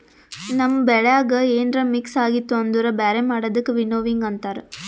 ನಮ್ ಬೆಳ್ಯಾಗ ಏನ್ರ ಮಿಕ್ಸ್ ಆಗಿತ್ತು ಅಂದುರ್ ಬ್ಯಾರೆ ಮಾಡದಕ್ ವಿನ್ನೋವಿಂಗ್ ಅಂತಾರ್